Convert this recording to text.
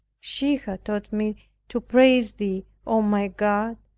she had taught me to praise thee, o my god,